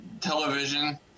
television